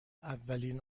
اولین